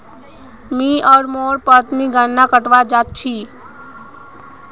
मी आर मोर पत्नी गन्ना कटवा जा छी